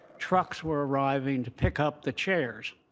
trucks were arriving to pick up the chairs